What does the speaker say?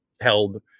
held